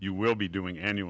you will be doing any